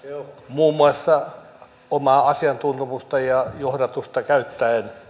muun muassa omaa asiantuntemusta ja johdatusta käyttäen